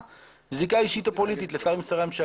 סמנכ"ל וראש אגף או ראש מינהל.